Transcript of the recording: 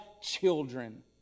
children